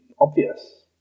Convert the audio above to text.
obvious